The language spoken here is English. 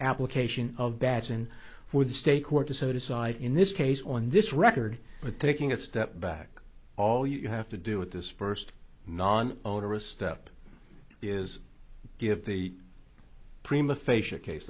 application of batson for the state court to set aside in this case on this record but taking a step back all you have to do with dispersed non onerous step is give the prima facia case